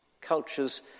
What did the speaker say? culture's